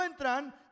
encuentran